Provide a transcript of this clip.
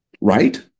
right